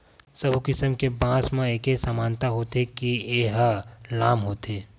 सब्बो किसम के बांस म एके समानता होथे के ए ह लाम होथे